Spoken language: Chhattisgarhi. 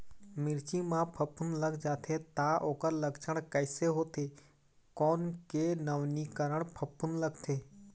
मिर्ची मा फफूंद लग जाथे ता ओकर लक्षण कैसे होथे, कोन के नवीनीकरण फफूंद लगथे?